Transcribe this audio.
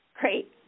great